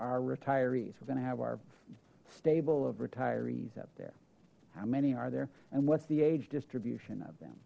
our retirees we're going to have our stable of retirees up there how many are there and what's the age distribution of them